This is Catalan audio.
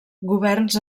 governs